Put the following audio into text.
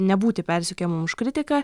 nebūti persekiojamam už kritiką